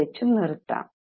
ഇത് വച്ച് നിർത്താം